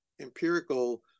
empirical